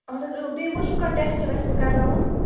اَہَن حظ بیٚیہِ ما حظ چھُ کانٛہہ ٹٮ۪سٹہٕ وٮ۪سٹہٕ کرناوُن